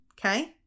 Okay